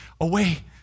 away